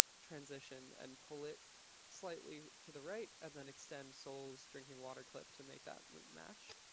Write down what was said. transition and pull it slightly to the right and then extend soul's drinking water clip to make that match.